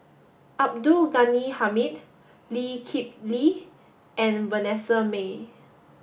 Abdul Ghani Hamid Lee Kip Lee and Vanessa Mae